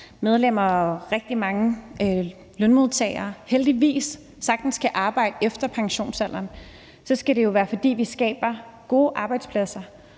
medlemmer og rigtig mange lønmodtagere heldigvis sagtens kan arbejde efter pensionsalderen, skal det jo være, fordi vi skaber gode arbejdspladser,